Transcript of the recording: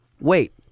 Wait